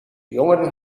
jongeren